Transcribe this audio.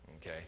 Okay